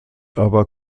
aber